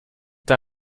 were